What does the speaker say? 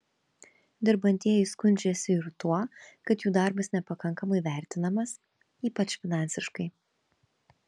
dirbantieji skundžiasi ir tuo kad jų darbas nepakankamai vertinamas ypač finansiškai